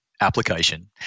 application